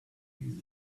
knew